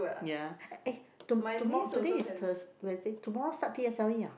ya eh to~ tomo~ today is Thurs~ Thursday tomorrow start p_s_l_e ah